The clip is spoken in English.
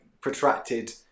protracted